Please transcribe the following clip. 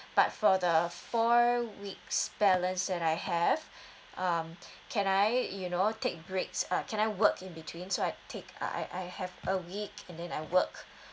but for the four weeks balance that I have um can I you know take breaks uh can I work in between so I take uh I I have a week and then I work